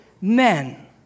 men